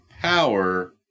power